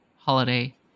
holiday